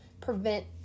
prevent